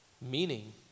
Meaning